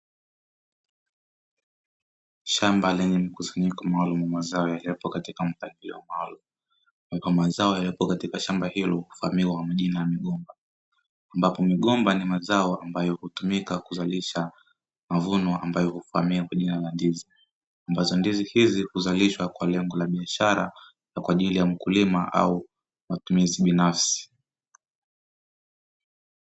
Shamba lenye mkusanyiko maalumu mazao yaliyopo katika mpangilio maalumu ambapo mazao yaliyopo katika shamba hilo hufahamika kwa majina ya migomba. Ambapo migomba ni mazao ambayo hutumika kuzalisha mavuno ambayo kwa hufahamika kwa jina la ndizi, ambazo ndizi hizi huzalishwa kwa lengo la biashara na kwa ajili ya mkulima au matumizi binafsi.